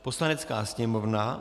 Poslanecká sněmovna